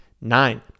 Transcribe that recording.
nine